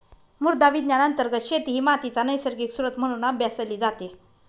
मृदा विज्ञान अंतर्गत शेती ही मातीचा नैसर्गिक स्त्रोत म्हणून अभ्यासली जाते